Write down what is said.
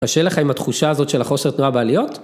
‫קשה לך עם התחושה הזאת ‫של החוסר תנועה בעליות?